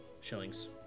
shillings